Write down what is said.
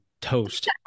toast